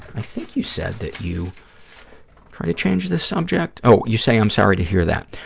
i think you said that you try to change the subject? oh, you say, i'm sorry to hear that.